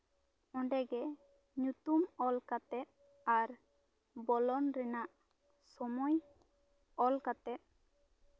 ᱚᱰᱮᱸ ᱜᱮ ᱧᱩᱛᱩᱢ ᱚᱞ ᱠᱟᱛᱮᱫ ᱟᱨ ᱵᱚᱞᱚᱱ ᱨᱮᱱᱟᱜ ᱥᱚᱢᱚᱭ ᱚᱞ ᱠᱟᱛᱮᱫ